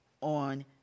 on